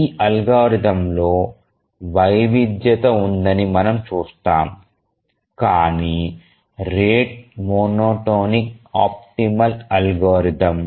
ఈ అల్గోరిథంలో వైవిధ్యత ఉందని మనము చూస్తాము కాని రేటు మోనోటోనిక్ ఆప్టిమల్ అల్గోరిథం